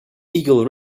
eagle